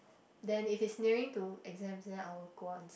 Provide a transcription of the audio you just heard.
then if it's nearing to exams then I'll go out and